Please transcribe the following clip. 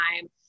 time